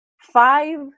five